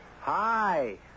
Hi